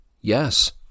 Yes